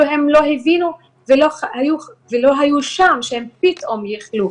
הם לא היו שם ולא האמינו שהם פתאום יחלו,